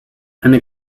eine